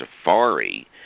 safari